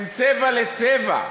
בין צבע לצבע,